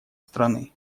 страны